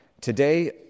Today